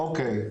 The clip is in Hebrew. אוקי,